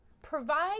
provide